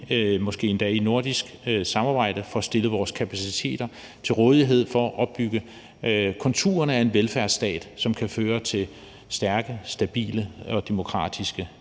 måske endda i et nordisk samarbejde, får stillet vores kapaciteter til rådighed for at opbygge konturerne af en velfærdsstat, som kan føre til stærke, stabile og demokratiske